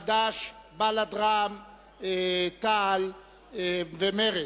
חד"ש, בל"ד, רע"ם-תע"ל ומרצ.